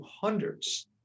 hundreds